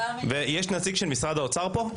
יש נציג של משרד האוצר פה?